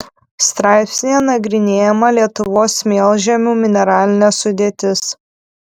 straipsnyje nagrinėjama lietuvos smėlžemių mineralinė sudėtis